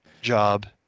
job